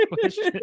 question